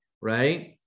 right